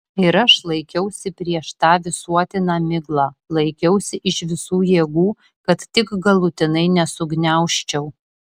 ir aš laikiausi prieš tą visuotiną miglą laikiausi iš visų jėgų kad tik galutinai nesugniaužčiau